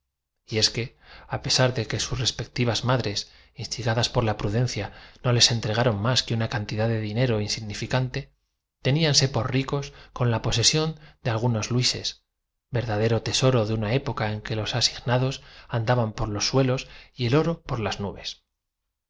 y es que a pesar de que sus respectivas das por la madres instiga prudencia no les entregaron más que una cantidad de dinero insignificante teníanse por ricos con la posesión de algunos luises biblioteca nacional de españa biblioteca nacional de españa verdadero tesoro en luia época en que los asignados andaban por los media legua de andernach los dos amigos avanzaron rodeados del más suelos v el oro por las nubes